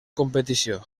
competició